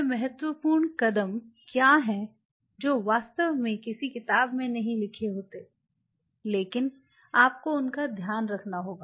वे महत्वपूर्ण कदम क्या हैं जो वास्तव में किसी किताब में नहीं लिखे होते लेकिन आपको उनका ध्यान रखना होगा